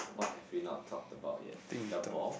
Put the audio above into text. what have we not talked about yet